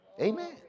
Amen